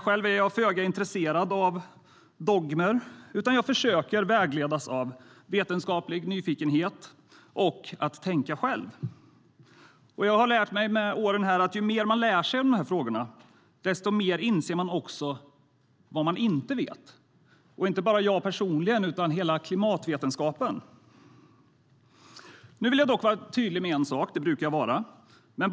Själv är jag föga intresserad av dogmer utan försöker att tänka själv och vägledas av vetenskaplig nyfikenhet. Med åren här har jag lärt mig att ju mer man lär sig om de här frågorna, desto mer inser man också vad man inte vet. Det gäller inte bara mig personligen utan hela klimatvetenskapen. Jag vill vara tydlig med en sak; det brukar jag vara.